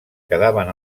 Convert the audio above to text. quedaven